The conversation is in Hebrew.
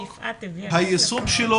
על יישומו,